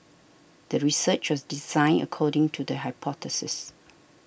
the research was designed according to the hypothesis